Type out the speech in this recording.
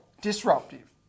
disruptive